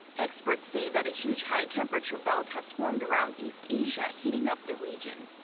experts say that a huge high temperature belt has formed around east asia, heating up the region.